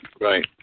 Right